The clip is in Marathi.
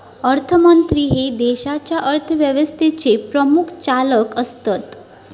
अर्थमंत्री हे देशाच्या अर्थव्यवस्थेचे प्रमुख चालक असतत